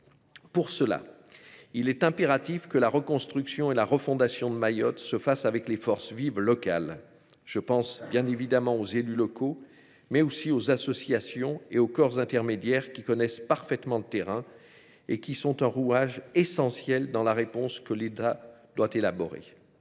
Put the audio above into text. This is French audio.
Pour cela, il est impératif que la reconstruction et la refondation de Mayotte se fassent avec les forces vives locales. Je pense bien évidemment aux élus locaux, mais aussi aux associations et aux corps intermédiaires, qui connaissent parfaitement le terrain et seront un rouage essentiel de la réponse que l’État doit élaborer.